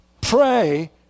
Pray